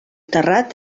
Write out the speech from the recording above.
terrat